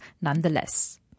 nonetheless